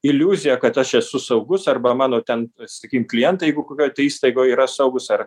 iliuziją kad aš esu saugus arba mano ten sakykim klientai jeigu kokioj tai įstaigoj yra saugūs ar